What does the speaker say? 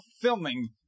filming